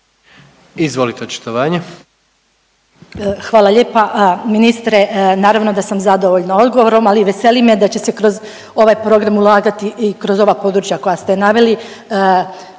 Ljubica (HDZ)** Hvala lijepa. Ministre, naravno da sam zadovoljna odgovorom, ali veseli me da će se kroz ovaj program ulagati i kroz ova područja koja ste naveli